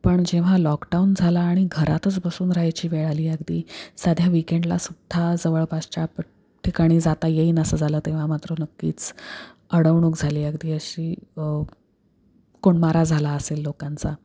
पण जेव्हा लॉकडाऊन झालं आणि घरातच बसून राहायची वेळ आली अगदी साध्या विकेंडला सुद्धा जवळपासच्या ठिकाणी जाता येईनासं झालं तेव्हा मात्र नक्कीच अडवणूक झाली अगदी अशी कोंडमारा झाला असेल लोकांचा